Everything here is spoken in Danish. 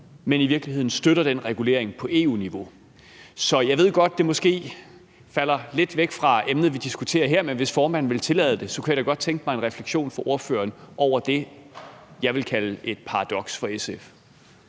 men i virkeligheden støtter den regulering på EU-niveau. Jeg ved godt, at det måske falder lidt væk fra emnet, vi diskuterer her, men hvis formanden vil tillade det, kunne jeg da godt tænke mig at få en refleksion fra ordføreren over det, jeg vil kalde et paradoks fra SF's